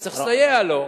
וצריך לסייע לו.